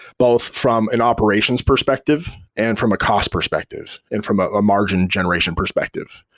both from an operations perspective and from a cost perspective and from ah ah margin generation perspective.